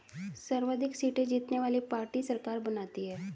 सर्वाधिक सीटें जीतने वाली पार्टी सरकार बनाती है